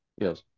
Yes